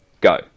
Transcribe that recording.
go